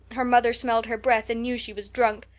her mother smelled her breath and knew she was drunk.